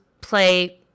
play